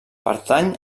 pertany